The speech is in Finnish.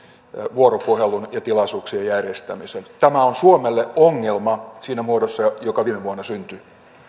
vuoropuhelun ja tilaisuuksien järjestämisen tämä on suomelle ongelma siinä muodossa joka viime vuonna syntyi